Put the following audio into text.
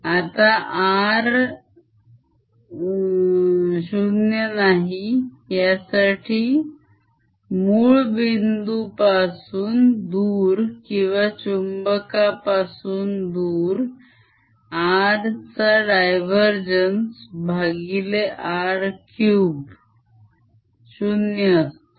आता r0 साठी मूळ बिंदू पासून दूर किंवा चुम्बाकापासून दूर r चा divergence भागिले r3 0 असतो